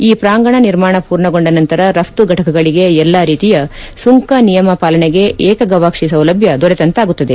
ಈ ಪ್ರಾಂಗಣ ನಿರ್ಮಾಣ ಪೂರ್ಣಗೊಂಡ ನಂತರ ರಫ್ನು ಫಟಕಗಳಿಗೆ ಎಲ್ಲಾ ರೀತಿಯ ಸುಂಕ ನಿಯಮ ಪಾಲನೆಗೆ ಏಕಗವಾಕ್ಸಿ ಸೌಲಭ್ಞ ದೊರೆತಂತಾಗುತ್ತದೆ